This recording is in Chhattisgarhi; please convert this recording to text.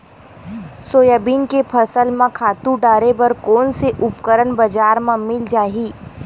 सोयाबीन के फसल म खातु डाले बर कोन से उपकरण बजार म मिल जाहि?